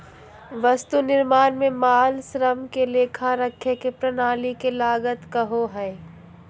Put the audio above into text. वस्तु निर्माण में माल, श्रम के लेखा रखे के प्रणाली के लागत कहो हइ